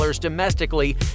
domestically